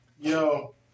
Yo